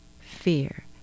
fear